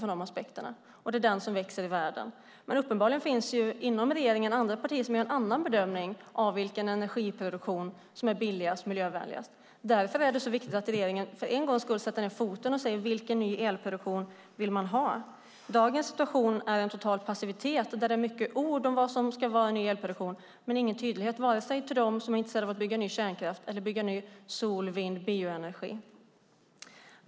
Det är också den som växer i världen. Men uppenbarligen finns det inom regeringen andra partier som gör en annan bedömning av vilken energiproduktion som är billigast och miljövänligast. Därför är det så viktigt att regeringen för en gångs skull sätter ned foten och säger vilken ny elproduktion man vill ha. Dagens situation är en total passivitet. Det är mycket ord om vilken den nya elproduktionen ska vara, men det finns ingen tydlighet vare sig mot dem som är intresserade av att bygga ny kärnkraft eller mot dem som vill bygga ny sol-, vind och bioenergi.